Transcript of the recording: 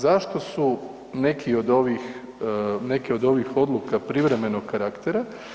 Zašto su neke od ovih odluka privremenog karaktera?